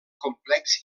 complex